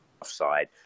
offside